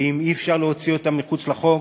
ואם אי-אפשר להוציא אותם מחוץ לחוק,